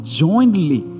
jointly